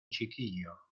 chiquillo